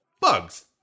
bugs